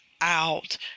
out